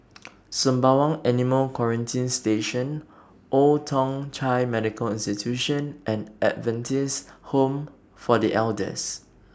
Sembawang Animal Quarantine Station Old Thong Chai Medical Institution and Adventist Home For The Elders